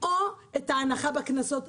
או את ההנחה בקנסות.